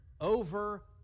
over